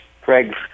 Craig